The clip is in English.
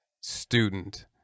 student